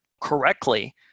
correctly